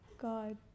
God